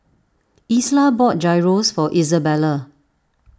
Isla bought Gyros for Izabella